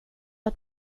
att